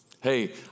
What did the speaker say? hey